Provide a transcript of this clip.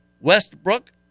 Westbrook